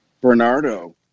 Bernardo